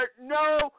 no